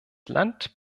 land